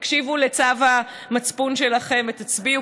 תקשיבו לצו המצפון שלכם ותצביעו,